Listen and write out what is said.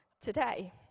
today